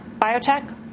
Biotech